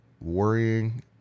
worrying